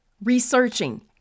Researching